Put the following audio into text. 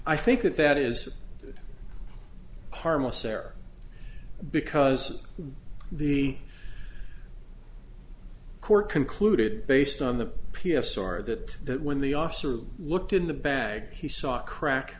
i think that that is harmless error because the court concluded based on the p s r that that when the officer looked in the bag he saw a crack